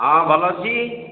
ହଁ ଭଲ ଅଛି